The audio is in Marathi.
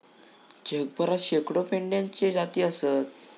जगभरात शेकडो मेंढ्यांच्ये जाती आसत